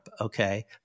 okay